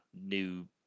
new